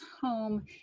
home